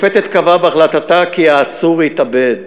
השופטת קבעה בהחלטתה כי העצור התאבד.